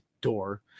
door